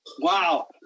Wow